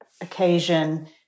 occasion